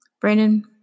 Brandon